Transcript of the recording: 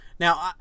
Now